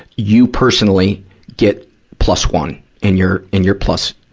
you personally get plus one in your, in your plus,